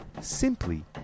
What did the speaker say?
simply